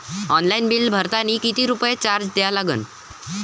Online bill भरतानी कितीक रुपये चार्ज द्या लागन?